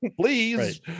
please